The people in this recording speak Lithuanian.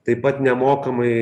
taip pat nemokamai